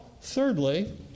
thirdly